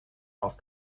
auf